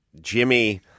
Jimmy